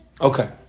Okay